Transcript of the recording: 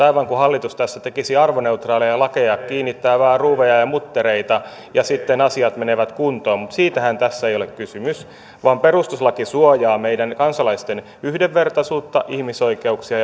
aivan kuin hallitus tässä tekisi arvoneutraaleja lakeja kiinnittää vähän ruuveja ja muttereita ja sitten asiat menevät kuntoon mutta siitähän tässä ei ole kysymys vaan perustuslaki suojaa meidän kansalaisten yhdenvertaisuutta ihmisoikeuksia